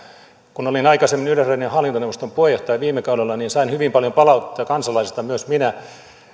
kun olin aikaisemmin yleisradion hallintoneuvoston puheenjohtaja viime kaudella niin sain hyvin paljon palautetta kansalaisilta myös minä